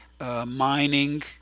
mining